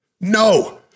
No